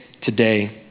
today